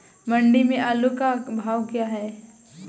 मंडी में आलू का भाव क्या है?